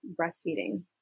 breastfeeding